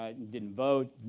ah didn't vote,